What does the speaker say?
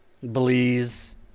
Belize